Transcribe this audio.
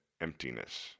emptiness